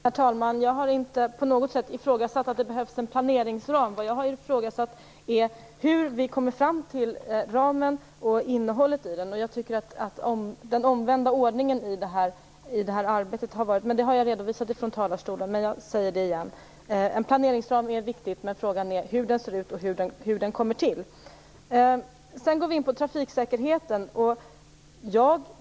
Fru talman! Jag har inte på något sätt ifrågasatt att det behövs en planeringsram. Det jag har ifrågasatt är hur vi kommer fram till innehållet i ramen. Jag tycker att det har varit den omvända ordningen i det här arbetet. Det har jag redovisat från talarstolen, men jag säger det igen. En planeringsram är viktig, men frågan är hur den ser ut och hur den kommer till. Sedan går vi in på trafiksäkerheten.